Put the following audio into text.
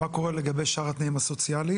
מה לגבי שאר התנאים הסוציאליים?